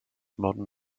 modern